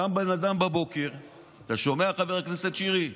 קם בן אדם בבוקר, אתה שומע, חבר הכנסת שירי?